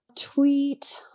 tweet